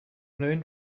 known